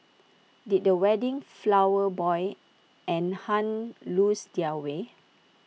did the wedding flower boy and Hun lose their way